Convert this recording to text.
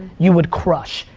you would crush.